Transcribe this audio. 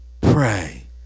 pray